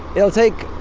it'll take